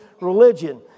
religion